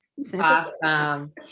Awesome